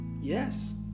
Yes